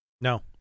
No